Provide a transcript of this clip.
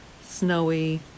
snowy